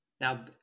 Now